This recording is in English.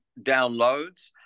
downloads